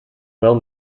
well